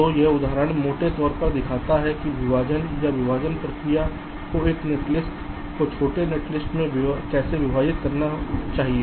तो यह उदाहरण मोटे तौर पर दिखाता है कि विभाजन या विभाजन प्रक्रिया को एक नेटलिस्ट को छोटे नेटलिस्ट में कैसे विभाजित करना चाहिए